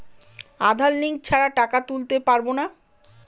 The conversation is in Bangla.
আধার লিঙ্ক ছাড়া টাকা তুলতে পারব না?